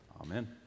Amen